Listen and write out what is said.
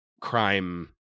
crime